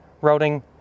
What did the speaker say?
routing